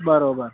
બરાબર